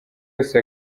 yose